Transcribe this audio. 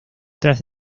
tras